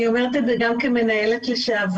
אני אומרת את זה גם כמנהלת לשעבר.